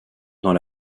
dans